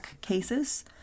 cases